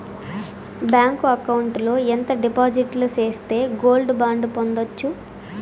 Bank account లో ఎంత డిపాజిట్లు సేస్తే గోల్డ్ బాండు పొందొచ్చు?